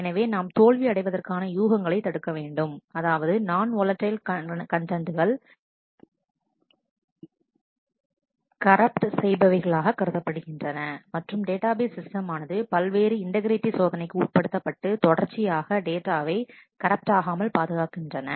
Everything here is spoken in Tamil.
எனவே நாம் தோல்வி அடைவதற்கான யூகங்களை தடுக்கவேண்டும் அதாவது நான் ஓலடைல் கண்டண்டுகள் கரப்ட் செய்ப வகைகளாக கருதப்படுகின்றன மற்றும் டேட்டாபேஸ் சிஸ்டம் ஆனது பல்வேறு இண்டெகிரைடி சோதனைக்கு உட்படுத்த பட்டு தொடர்ச்சி ஆக டேட்டாவை கரெக்ப்ட் ஆகாமல் பாதுகாக்கின்றன